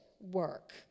work